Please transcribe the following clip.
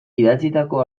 idatzitako